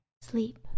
sleep